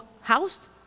house